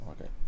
Okay